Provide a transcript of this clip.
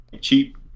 cheap